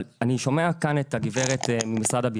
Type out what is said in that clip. אבל אני שומע כאן את הגברת ממשרד הביטחון,